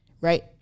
right